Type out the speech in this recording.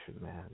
man